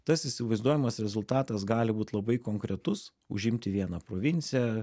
tas įsivaizduojamas rezultatas gali būt labai konkretus užimti vieną provinciją